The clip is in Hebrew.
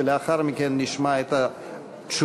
ולאחר מכן נשמע את התשובה,